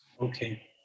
Okay